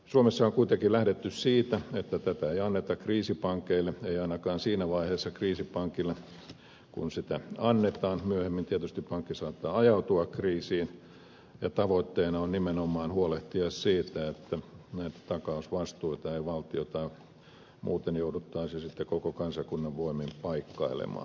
suomessa on kuitenkin lähdetty siitä että tätä ei anneta kriisipankeille ei ainakaan siinä vaiheessa kriisipankeille kun sitä annetaan myöhemmin tietysti pankki saattaa ajautua kriisiin ja tavoitteena on nimenomaan huolehtia siitä että näitä takausvastuita ei jouduttaisi valtion tai koko kansakunnan voimin paikkailemaan